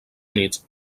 units